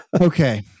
okay